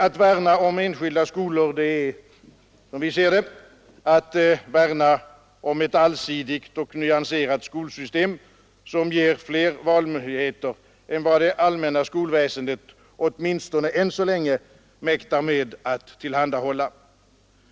Att värna om enskilda skolor är som vi ser det att värna om ett allsidigt och nyanserat skolsystem som ger fler valmöjligheter än vad det allmänna skolväsendet, åtminstone än så länge, mäktar tillhandahålla.